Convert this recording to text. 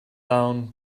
down